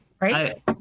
Right